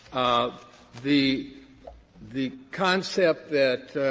um the the concept that,